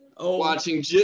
watching